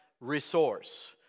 resource